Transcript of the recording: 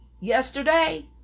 Yesterday